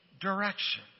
direction